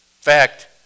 fact